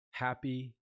Happy